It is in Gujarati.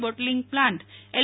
bottling plant L